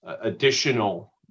additional